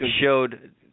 showed